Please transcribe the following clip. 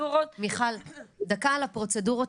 דקה על הפרוצדורות.